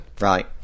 right